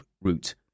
route